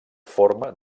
forma